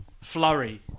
flurry